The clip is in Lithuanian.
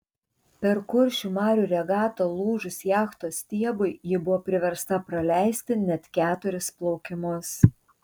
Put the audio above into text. per kuršių marių regatą lūžus jachtos stiebui ji buvo priversta praleisti net keturis plaukimus